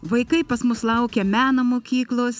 vaikai pas mus laukia meno mokyklos